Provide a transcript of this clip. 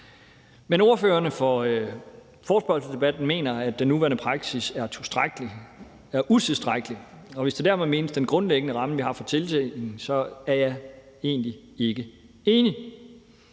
Men forespørgerne mener, at den nuværende praksis er utilstrækkelig, og hvis der dermed menes den grundlæggende ramme, vi har for tildeling, er jeg egentlig ikke enig,